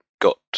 got